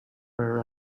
were